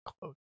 close